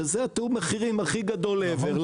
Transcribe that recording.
שזה תיאום המחירים הכי גדול EVER,